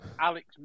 Alex